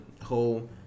whole